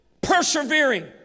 persevering